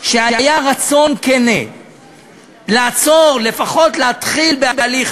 שהיה רצון כן לעצור, לפחות להתחיל בהליך.